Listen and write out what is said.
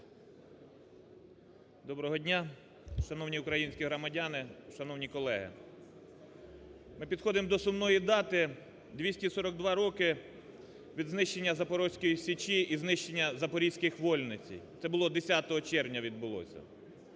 Доброго дня, шановні українські громадяни, шановні колеги! Ми підходимо до сумної дати – 242 роки від знищення Запорізької Січі і знищення запорізької вольниці. Це було, 10 червня відбулось.